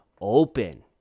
open